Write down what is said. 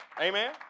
Amen